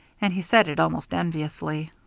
and he said it almost enviously.